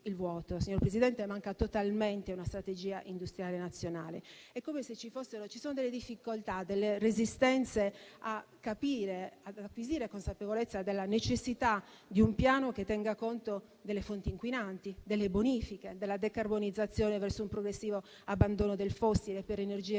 Signor Presidente, manca totalmente una strategia industriale nazionale. È come se ci fossero delle difficoltà e delle resistenze a capire e acquisire consapevolezza della necessità di un piano che tenga conto delle fonti inquinanti, delle bonifiche, della decarbonizzazione verso un progressivo abbandono del fossile per energie rinnovabili